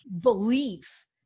belief